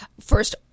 first